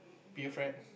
be a friend